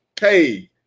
hey